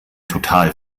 total